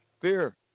Fear